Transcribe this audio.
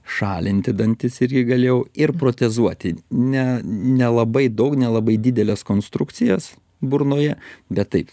šalinti dantis irgi galėjau ir protezuoti ne nelabai daug nelabai dideles konstrukcijas burnoje bet taip